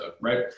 right